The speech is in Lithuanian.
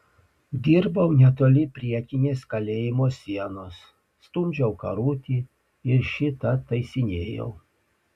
dirbau netoli priekinės kalėjimo sienos stumdžiau karutį ir šį tą taisinėjau